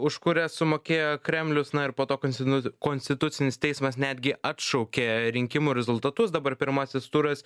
už kurias sumokėjo kremlius na ir po to konstinu konstitucinis teismas netgi atšaukė rinkimų rezultatus dabar pirmasis turas